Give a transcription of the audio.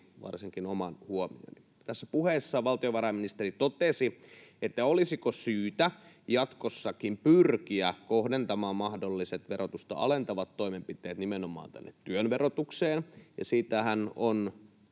varsinkin oman huomioni. Tässä puheessa valtiovarainministeri totesi, että olisiko syytä jatkossakin pyrkiä kohdentamaan mahdolliset verotusta alentavat toimenpiteet nimenomaan työn verotukseen. Siitähän on